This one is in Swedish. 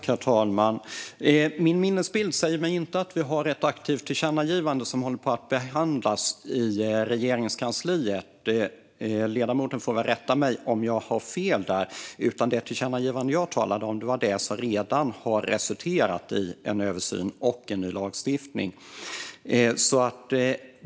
Herr talman! Min minnesbild säger mig inte att det finns ett aktivt tillkännagivande som behandlas i Regeringskansliet. Ledamoten får rätta mig om jag har fel. Det tillkännagivande jag talade om var det som redan har resulterat i en översyn och ny lagstiftning.